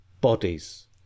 bodies